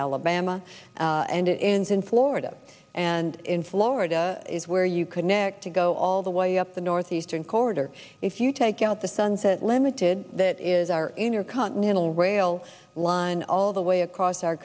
alabama and it ends in florida and in florida is where you could neck to go all the way up the northeastern corridor if you take out the sunset limited that is our inner continental rail line all the way across our